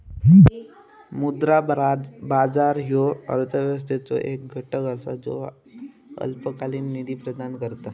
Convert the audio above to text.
मुद्रा बाजार ह्यो अर्थव्यवस्थेचो एक घटक असा ज्यो अल्पकालीन निधी प्रदान करता